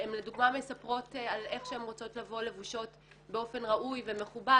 לדוגמה הן מספרות על איך שהן רוצות לבוא לבושות באופן ראוי ומכובד